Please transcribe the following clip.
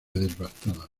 devastada